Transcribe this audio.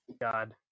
God